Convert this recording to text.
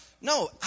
No